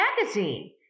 magazine